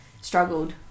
struggled